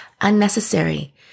unnecessary